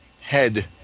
head